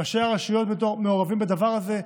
ראשי הרשויות מעורבים בדבר הזה.